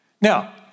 now